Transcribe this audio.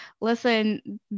listen